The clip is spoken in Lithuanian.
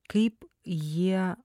kaip jie